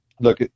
look